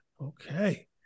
Okay